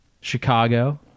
chicago